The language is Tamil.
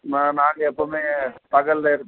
மேம் நாங்கள் எப்போவுமே பகலில்